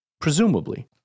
presumably